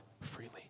freely